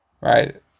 right